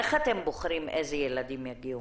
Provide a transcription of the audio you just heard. איך אתם בוחרים איזה ילדים יגיעו?